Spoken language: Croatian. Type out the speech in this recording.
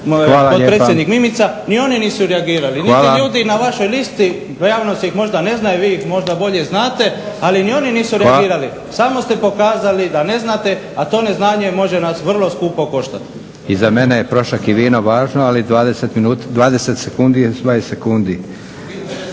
Mimica ni oni nisu reagirali. Niti ljudi na vašoj listi, javnost ih možda ne znaju, vi ih možda bolje znate, ali ni oni nisu reagirali. Samo ste pokazali da ne znate, a to neznanje može nas vrlo skupo koštati. **Leko, Josip (SDP)** I za mene je prošek i vino važno, ali 20 sekundi je 20 sekundi.